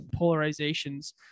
polarizations